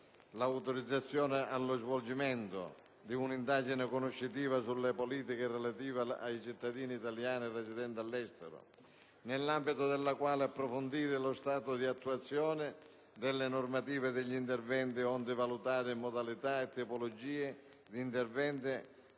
l'autorizzazione allo svolgimento di un'indagine conoscitiva sulle politiche relative ai cittadini italiani residenti all'estero, nell'ambito della quale approfondire lo stato di attuazione delle normative e degli interventi, onde valutare modalità e tipologie di eventuali